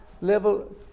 level